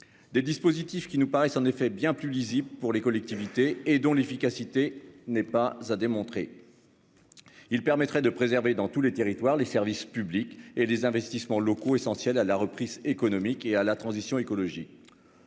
Des dispositifs qui nous paraissent en effet bien plus lisible pour les collectivités et dont l'efficacité n'est pas à démontrer. Il permettrait de préserver dans tous les territoires, les services publics et les investissements locaux essentiels à la reprise économique et à la transition écologique.--